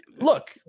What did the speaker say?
Look